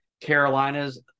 Carolina's